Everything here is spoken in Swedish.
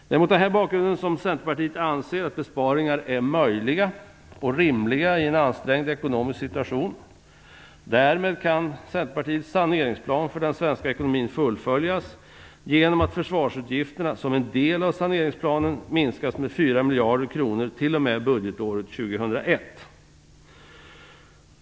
Det är mot denna bakgrund som Centerpartiet anser att besparingar är möjliga och rimliga i en ansträngd ekonomisk situation. Därmed kan Centerpartiets saneringsplan för den svenska ekonomin fullföljas genom att försvarsutgifterna som en del av saneringsplanen minskas med 4 miljarder kronor t.o.m. budgetåret 2001.